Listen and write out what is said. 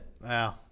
Wow